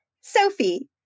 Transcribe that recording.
Sophie